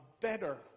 better